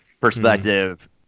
perspective